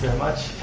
much.